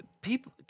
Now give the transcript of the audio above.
people